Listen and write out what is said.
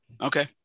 Okay